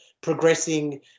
progressing